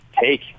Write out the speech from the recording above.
take